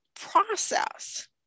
process